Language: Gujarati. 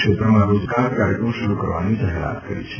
ક્ષેત્રમાં રોજગાર કાર્યક્રમ શરૂ કરવાની જાહેરાત કરી છે